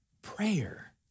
prayer